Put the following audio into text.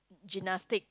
gymnastic